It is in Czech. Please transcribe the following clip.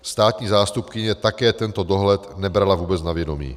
Státní zástupkyně také tento dohled nebrala vůbec na vědomí.